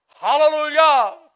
Hallelujah